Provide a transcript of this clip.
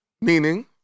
Meaning